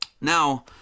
Now